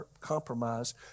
compromise